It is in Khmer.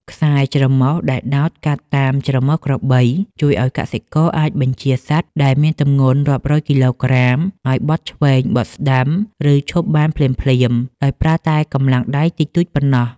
ខ្សែច្រមុះដែលដោតកាត់តាមច្រមុះក្របីជួយឱ្យកសិករអាចបញ្ជាសត្វដែលមានទម្ងន់រាប់រយគីឡូក្រាមឱ្យបត់ឆ្វេង បត់ស្តាំ ឬឈប់បានភ្លាមៗដោយប្រើតែកម្លាំងដៃតិចតួចប៉ុណ្ណោះ។